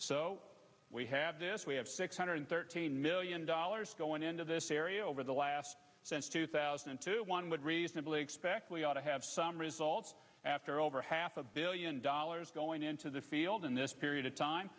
so we have this we have six hundred thirteen million dollars going into this area over the last since two thousand and two one would reasonably expect we ought to have some results after over half a billion dollars going into the field in this period of time